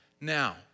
Now